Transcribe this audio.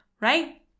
right